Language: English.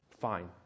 Fine